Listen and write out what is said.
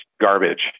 garbage